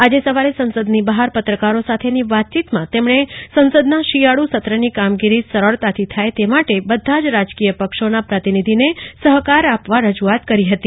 આજે સવારે સંસદની બહાર પત્રકારો સાથેની વાતચીતમાં તેમણે સંસદના શિયાળુ સત્રની કામગીરી સરળતાથી થાય તે માટે બધા જ રાજકીય પક્ષોના પ્રતિનિધીને સહકાર આપવા રજૂઆત કરી હતી